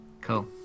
cool